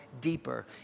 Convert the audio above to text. deeper